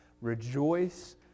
Rejoice